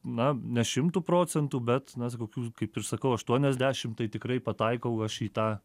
na ne šimtu procentų bet na saka kokių kaip ir sakau aštuoniasdešim tai tikrai pataikau aš į tą